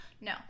No